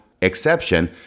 exception